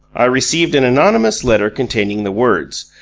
i received an anonymous letter containing the words,